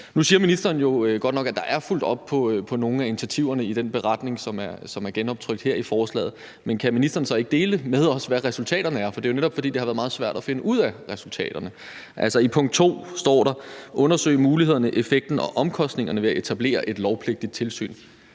Nu siger ministeren jo godt nok, at der er fulgt op på nogle af initiativerne i den beretning, som er genoptrykt her i forslaget, men kan ministeren så ikke dele med os, hvad resultaterne er? For det har jo netop været svært at finde ud af resultaterne. I punkt 2 står der »undersøge mulighederne, effekten og omkostningerne ved at etablere et lovpligtigt tilsyn.«